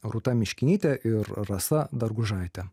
rūta miškinytė ir rasa dargužaitė